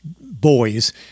boys